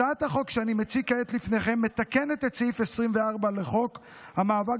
הצעת החוק שאני מציג כעת בפניכם מתקנת את סעיף 24 לחוק המאבק